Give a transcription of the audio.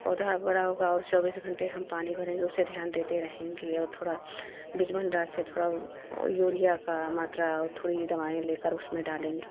पौधा बड़ा होगा और चौबीस घंटे हम पानी भरेंगे उसे ध्यान देते रहेंगे और थोड़ा बीज भंडार से थोड़ा उ यूरिया का मात्रा और थोड़ी दवाएँ लेकर उसमें डालेंगे